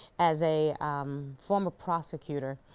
as a um former prosecutor,